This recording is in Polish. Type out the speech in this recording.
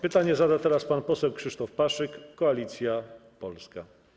Pytanie zada teraz pan poseł Krzysztof Paszyk, Koalicja Polska.